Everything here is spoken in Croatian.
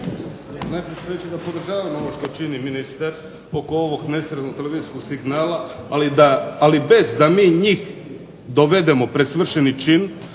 Najprije ću reći da podržavam ovo što čini ministar oko ovog nesretnog televizijskog signala, ali da, ali bez da mi njih dovedemo pred svršeni čin